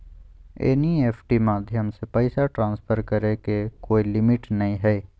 NEFT माध्यम से पैसा ट्रांसफर करे के कोय लिमिट नय हय